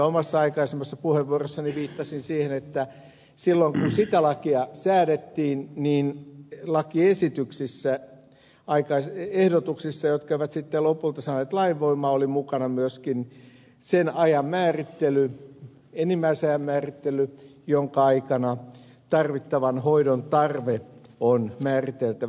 omassa aikaisemmassa puheenvuorossani viittasin siihen että silloin kun sitä lakia säädettiin niin lakiehdotuksissa jotka eivät sitten lopulta saaneet lainvoimaa oli mukana myöskin sen ajan määrittely enimmäisajan määrittely jonka aikana tarvittavan hoidon tarve on määriteltävä